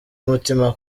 umutima